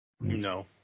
No